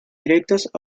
directos